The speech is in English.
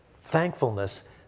thankfulness